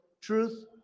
Truth